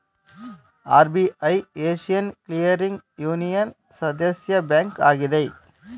RBI Asian clearing ಯೂನಿಯನ್ನ ಸದಸ್ಯ bank ಆಗಿದೆ